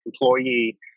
employee